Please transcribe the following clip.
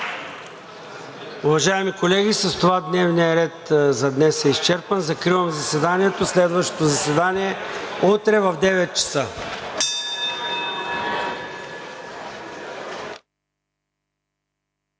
Уважаеми колеги, с това дневният ред за днес е изчерпан. Закривам заседанието. Следващото заседание – утре в 9,00 ч.